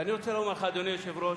ואני רוצה לומר, אדוני היושב-ראש,